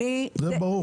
זה ברור.